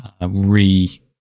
re